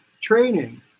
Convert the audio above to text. training